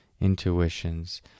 intuitions